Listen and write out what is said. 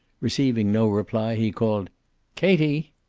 receiving no reply, he called katie!